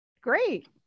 Great